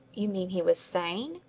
you mean he was sane?